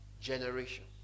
generation